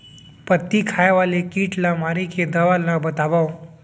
पत्तियां खाए वाले किट ला मारे के दवा ला बतावव?